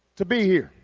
to be here